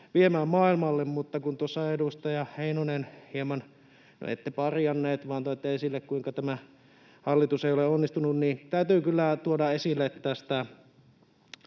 viemään maailmalle. Mutta kun tuossa edustaja Heinonen hieman, no, ette parjanneet, vaan toitte esille, kuinka tämä hallitus ei ole onnistunut, niin täytyy kyllä tuoda esille tältä